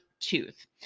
tooth